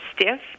stiff